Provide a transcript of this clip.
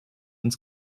ins